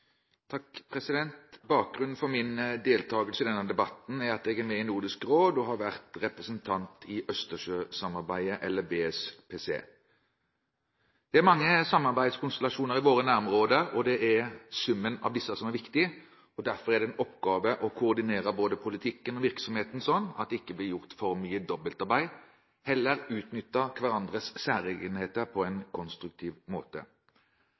at jeg er med i Nordisk Råd og har vært representant i Østersjøsamarbeidet, eller BSPC. Det er mange samarbeidskonstellasjoner i våre nærområder, og det er summen av disse som er viktig. Derfor er det en oppgave å koordinere både politikken og virksomheten slik at det ikke blir gjort for mye dobbeltarbeid, men at en heller utnytter hverandres særegenheter på en konstruktiv måte.